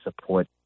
support